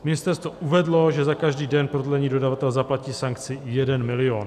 Ministerstvo uvedlo, že za každý den prodlení dodavatel zaplatí sankci 1 milion.